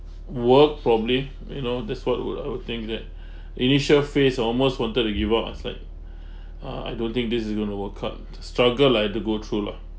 work probably you know that's what would I would think that initial phase almost wanted to give up I was like ah I don't think this is going to work out the struggle I had to go through lah